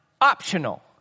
optional